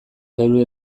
geure